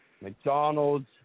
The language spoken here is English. McDonald's